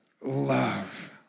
love